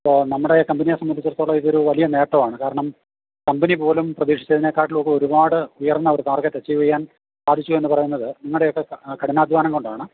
അപ്പോൾ നമ്മുടെ കമ്പനിയെ സംബന്ധിച്ചിടത്തോളം ഇതൊരു വലിയ നേട്ടമാണ് കാരണം കമ്പനി പോലും പ്രതീക്ഷിച്ചതിനേക്കാട്ടിൽ ഒക്കെ ഒരുപാട് ഉയർന്ന ഒരു ടാർഗറ്റ് അച്ചീവ് ചെയ്യാൻ സാധിച്ചു എന്ന് പറയുന്നത് നിങ്ങളുടെ ഒക്കെ കഠിനാധ്വാനം കൊണ്ടാണ്